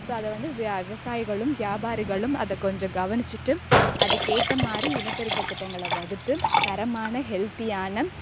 so அதை வந்து விய விவசாயிகளும் வியாபாரிகளும் அதை கொஞ்சம் கவனித்துட்டு அதுக்கு ஏற்ற மாதிரி இனப்பெருக்கத் திட்டங்களை வகுத்து தரமான ஹெல்த்தியான